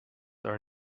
are